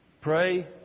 pray